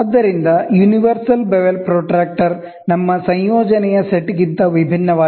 ಆದ್ದರಿಂದ universal bevel protractor ನಮ್ಮ ಸಂಯೋಜನೆಯ ಸೆಟ್ಗಿಂತ ವಿಭಿನ್ನವಾಗಿದೆ